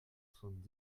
soixante